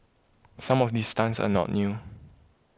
some of these stunts are not new